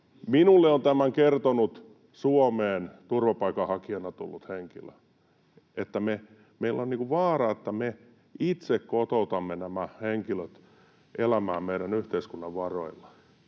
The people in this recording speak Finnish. Minulle on tämän kertonut Suomeen turvapaikanhakijana tullut henkilö. Meillä on vaara, että me itse kotoutamme nämä henkilöt elämään meidän yhteiskuntamme varoilla.